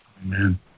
Amen